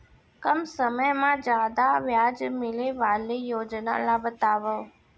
कम समय मा जादा ब्याज मिले वाले योजना ला बतावव